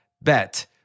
bet